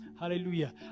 Hallelujah